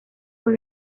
fue